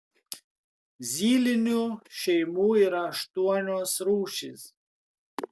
zylinių šeimų yra aštuonios rūšys